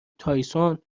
تایسون